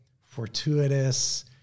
fortuitous